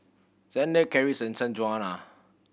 Xander Karis and Sanjuana